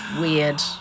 weird